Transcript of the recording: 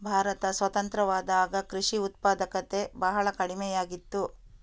ಭಾರತ ಸ್ವತಂತ್ರವಾದಾಗ ಕೃಷಿ ಉತ್ಪಾದಕತೆ ಬಹಳ ಕಡಿಮೆಯಾಗಿತ್ತು